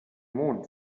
mond